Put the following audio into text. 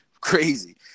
crazy